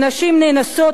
שנשים שנאנסות,